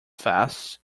fast